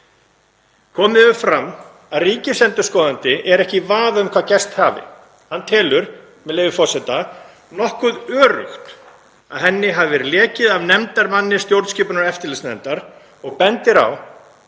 Komið hefur fram að ríkisendurskoðandi er ekki í vafa um hvað gerst hafi. Hann telur, með leyfi forseta, „nokkuð öruggt að henni hafi verið lekið af nefndarmanni stjórnskipunar- og eftirlitsnefndar“ og bendir á